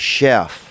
Chef